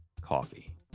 coffee